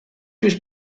was